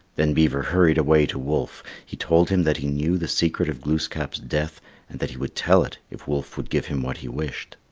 then beaver hurried away to wolf he told him that he knew the secret of glooskap's death and that he would tell it if wolf would give him what he wished.